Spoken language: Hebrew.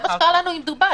זה מה שקרה לנו עם דובאי.